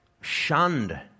shunned